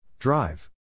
Drive